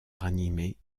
ranimer